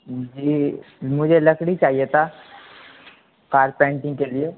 جی مجھے لکڑی چاہیے تھا کارپینٹنگ کے لیے